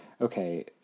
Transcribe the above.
okay